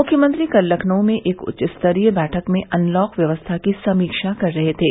मुख्यमंत्री कल लखनऊ में एक उच्चस्तरीय बैठक में अनलॉक व्यवस्था की समीक्षा कर रहे थे